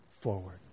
forward